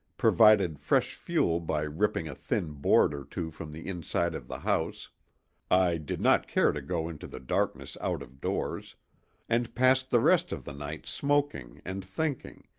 provided fresh fuel by ripping a thin board or two from the inside of the house i did not care to go into the darkness out of doors and passed the rest of the night smoking and thinking,